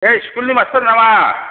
बे स्कुलनि मास्टार नामा